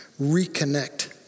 reconnect